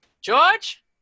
George